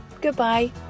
Goodbye